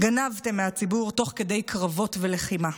גנבתם מהציבור תוך כדי קרבות ולחימה.